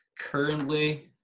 Currently